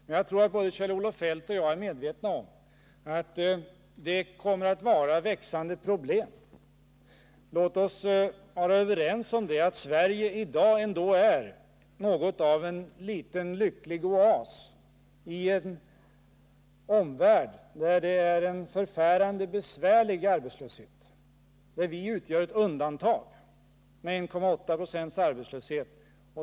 Men jag tror att både Kjell-Olof Feldt och jag är medvetna om att det kommer att finnas växande problem. Låt oss vara överens om att Sverige i dag ändå är något av en liten lycklig oas i en omvärld där det är en förfärande arbetslöshet, att vi utgör ett undantag med 1,8 26 i arbetslöshet.